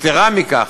יתרה מכך,